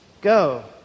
Go